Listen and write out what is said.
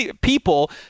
people